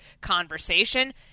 conversation